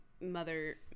mother